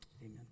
amen